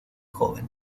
joven